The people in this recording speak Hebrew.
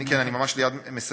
כן, אני ממש מייד מסיים.